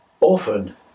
often